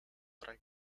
drei